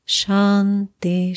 shanti